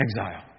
exile